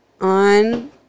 On